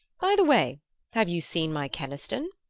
by-the-way, have you seen my keniston?